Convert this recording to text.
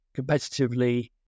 competitively